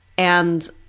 and